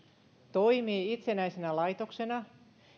toimii itsenäisenä laitoksena